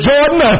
Jordan